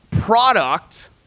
product